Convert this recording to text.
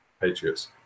Patriots